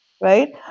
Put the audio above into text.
Right